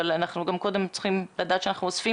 אבל אנחנו גם קודם צריכים לדעת שאנחנו אוספים